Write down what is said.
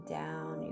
down